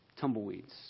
tumbleweeds